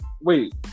wait